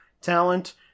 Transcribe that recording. talent